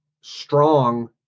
strong